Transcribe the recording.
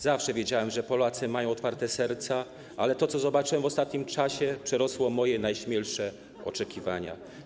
Zawsze wiedziałem, że Polacy mają otwarte serca, ale to, co zobaczyłem w ostatnim czasie, przerosło moje najśmielsze oczekiwania.